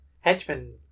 Henchman